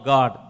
God